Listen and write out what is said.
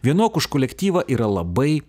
vienok už kolektyvą yra labai